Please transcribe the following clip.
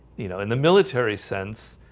you know in the military sense